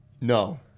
No